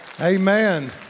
amen